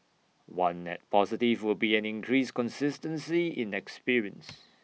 one net positive will be an increased consistency in experience